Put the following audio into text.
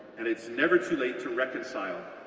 and it's never too late to reconcile,